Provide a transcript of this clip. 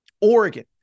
Oregon